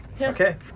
Okay